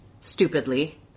stupidly